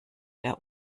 der